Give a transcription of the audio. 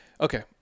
okay